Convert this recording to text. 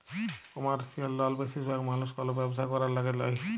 commercial লল বেশিরভাগ মালুস কল ব্যবসা ক্যরার ল্যাগে লেই